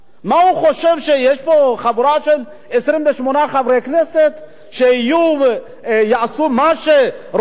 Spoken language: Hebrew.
שיש פה חבורה של 28 חברי כנסת שיעשו מה שראש הממשלה יגיד?